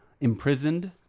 imprisoned